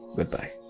Goodbye